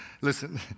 listen